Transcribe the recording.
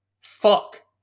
Fuck